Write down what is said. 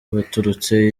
baturutse